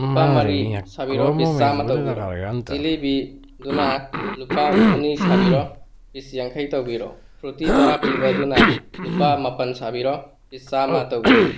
ꯂꯨꯄꯥ ꯃꯔꯤ ꯁꯥꯕꯤꯔꯣ ꯄꯤꯁ ꯆꯥꯃꯥ ꯇꯧꯕꯤꯔꯣ ꯖꯤꯂꯤꯕꯤꯗꯨꯅ ꯂꯨꯄꯥ ꯑꯅꯤ ꯁꯥꯕꯤꯔꯣ ꯄꯤꯁ ꯌꯥꯡꯈꯩ ꯇꯧꯕꯤꯔꯣ ꯐ꯭ꯔꯨꯇꯤ ꯇꯔꯥ ꯄꯤꯕꯗꯨꯅ ꯂꯨꯄꯥ ꯃꯥꯄꯜ ꯁꯥꯕꯤꯔꯣ ꯄꯤꯁ ꯆꯥꯝꯃ ꯇꯧꯕꯤꯔꯣ